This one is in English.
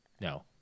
No